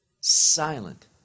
silent